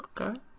Okay